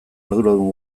arduradun